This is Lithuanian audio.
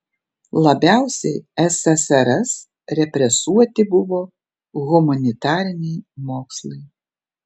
labiausiai ssrs represuoti buvo humanitariniai mokslai